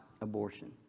abortion